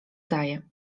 daje